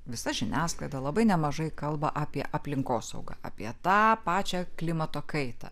visa žiniasklaida labai nemažai kalba apie aplinkosaugą apie tą pačią klimato kaitą